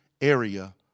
area